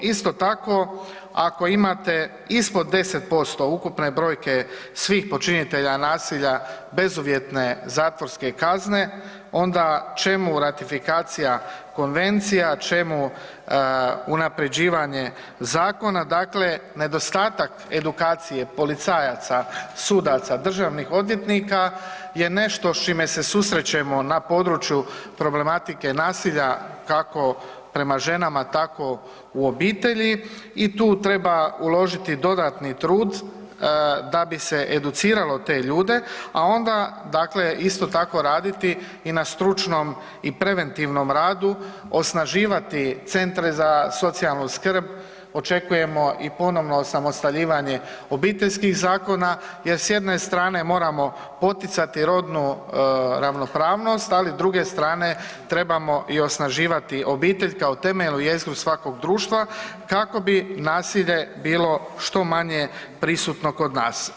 Isto tako, ako imate ispod 10% ukupne brojke svih počinitelja nasilja bezuvjetne zatvorske kazne onda čemu ratifikacija konvencija, čemu unapređivanje zakona, dakle nedostatak edukacije policajaca, sudaca, državnih odvjetnika je nešto s čime se susrećemo na području problematike nasilja kako prema ženama tako u obitelji i tu treba uložiti dodatni trud da bi se educiralo te ljude, a onda dakle isto tako raditi i na stručnom i na preventivnom radu, osnaživati centre za socijalnu skrb, očekujemo i ponovo osamostaljivanje obiteljskih zakona, jer s jedne strane moramo poticati rodnu ravnopravnost, ali s druge strane trebamo osnaživati i obitelj kao temeljnu jezgru svakoga društva kako bi nasilje bilo što manje prisutno kod nas.